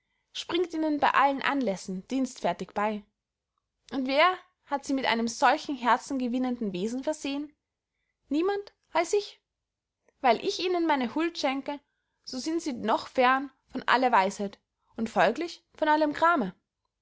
springt ihnen bey allen anlässen dienstfertig bey und wer hat sie mit einem solchen herzengewinnenden wesen versehen niemand als ich weil ich ihnen meine huld schenke so sind sie noch fern von aller weisheit und folglich von allem grame